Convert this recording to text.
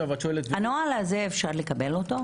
הנוהל הזה אפשר לקבל אותו?